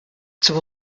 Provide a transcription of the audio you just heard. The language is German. zum